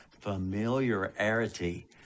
Familiarity